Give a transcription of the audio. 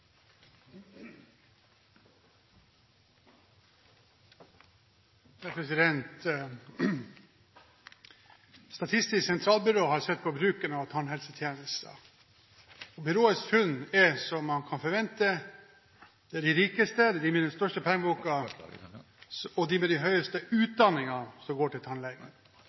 Statistisk sentralbyrå har sett på bruken av tannhelsetjenester. Byråets funn er som man kan forvente: Det er de rikeste – de med de største pengebøkene – og de med høyest utdanning som går til